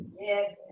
Yes